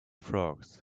frogs